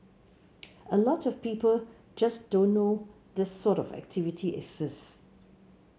a lot of people just don't know this sort of activity exists